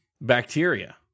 Bacteria